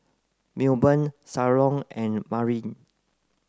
Milburn Shalon and Marin